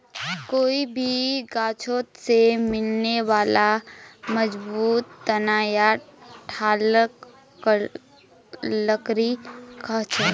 कोई भी गाछोत से मिलने बाला मजबूत तना या ठालक लकड़ी कहछेक